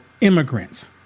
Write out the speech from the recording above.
immigrants